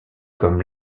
comme